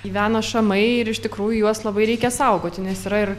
gyvena šamai ir iš tikrųjų juos labai reikia saugoti nes yra ir